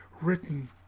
written